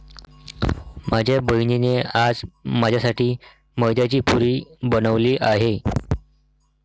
माझ्या बहिणीने आज माझ्यासाठी मैद्याची पुरी बनवली आहे